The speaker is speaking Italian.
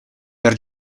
per